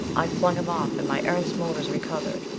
i flung him off, and my erentz motors recovered.